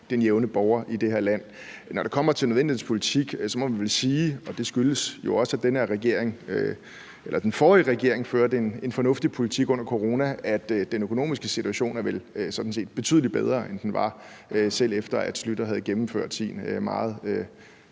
den jævne borger i det her land. Men når det kommer til nødvendighedens politik, må vi vel sige, og det skyldes jo også, at den forrige regering førte en fornuftig politik under corona, at den økonomiske situation vel sådan set er betydelig bedre, end den var, selv efter Schlüter havde gennemført sine